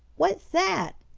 what's that!